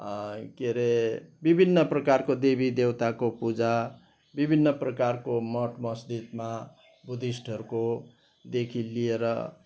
के रे विभिन्न प्रकारको देवी देवताको पूजा विभिन्न प्रकारको मठ मस्जिदमा बुद्धिस्टहरूकोदेखि लिएर